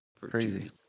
Crazy